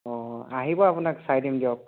অঁ আহিব আপোনাক চাই দিম দিয়ক